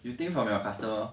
you think from your customer